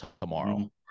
tomorrow